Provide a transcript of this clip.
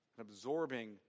Absorbing